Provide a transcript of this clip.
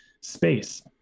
space